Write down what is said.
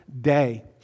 day